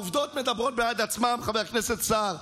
העובדות מדברות בעד עצמן, חבר הכנסת סער.